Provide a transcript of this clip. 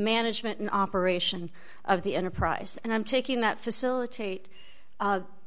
management in operation of the enterprise and i'm taking that facilitate